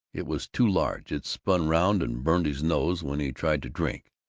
it was too large it spun round and burned his nose when he tried to drink.